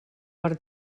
per